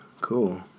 cool